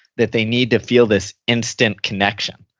that they need to feel this instant connection.